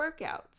workouts